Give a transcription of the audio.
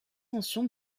l’attention